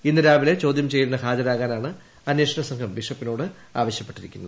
ഇന്ന് രാവിലെ ചോദ്യം ചെയ്യലിന് ഹാജരാകാനാണ് അന്വേഷണ സംഘം ബിഷപ്പിനോട് ആവശ്യപ്പെട്ടിരിക്കുന്നത്